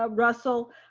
ah russell,